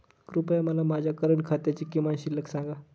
कृपया मला माझ्या करंट खात्याची किमान शिल्लक सांगा